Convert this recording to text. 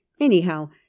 Anyhow